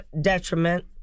detriment